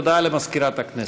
הודעה למזכירת הכנסת.